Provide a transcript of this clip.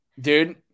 Dude